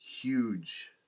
huge